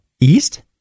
east